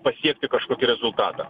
pasiekti kažkokį rezultatą